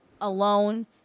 alone